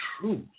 truth